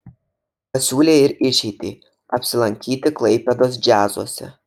pasiūlė ir išeitį apsilankyti klaipėdos džiazuose